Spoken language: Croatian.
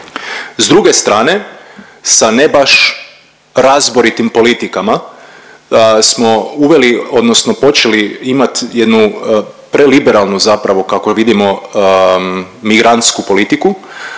S druge strane sa ne baš razboritim politikama smo uveli odnosno počeli imat jednu preliberalnu zapravo kako je vidimo migrantsku politiku